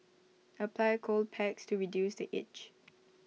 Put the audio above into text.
apply cold packs to reduce the itch